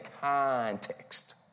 context